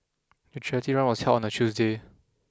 the charity run was held on a Tuesday